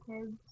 kids